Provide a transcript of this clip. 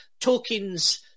Tolkien's